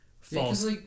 false